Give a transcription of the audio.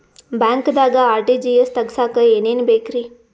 ಬ್ಯಾಂಕ್ದಾಗ ಆರ್.ಟಿ.ಜಿ.ಎಸ್ ತಗ್ಸಾಕ್ ಏನೇನ್ ಬೇಕ್ರಿ?